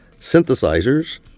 synthesizers